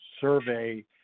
survey